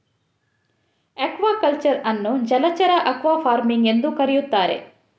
aquaculture ಅನ್ನು ಜಲಚರ aquafarming ಎಂದೂ ಕರೆಯುತ್ತಾರೆ